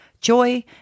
joy